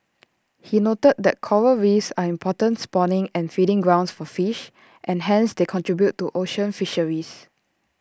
he noted that Coral reefs are important spawning and feeding grounds for fish and hence they contribute to ocean fisheries